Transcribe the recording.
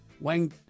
Wang